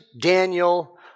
Daniel